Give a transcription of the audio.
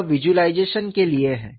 यह विज़ुअलाइज़ेशन के लिए है